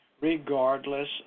regardless